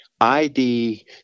ID